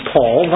Paul